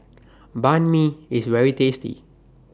Banh MI IS very tasty